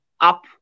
up